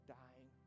dying